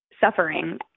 suffering